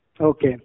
Okay